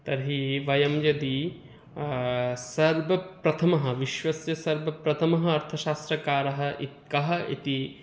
तर्हि वयं यदि सर्वप्रथमः विश्वस्य सर्वप्रथमः अर्थशास्त्रकारः इत् कः इति